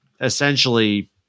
essentially